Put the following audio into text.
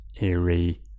eerie